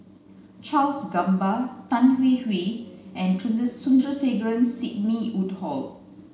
Charles Gamba Tan Hwee Hwee and Sandrasegaran Sidney Woodhull